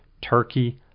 Turkey